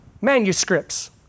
manuscripts